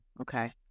Okay